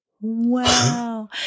Wow